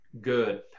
Good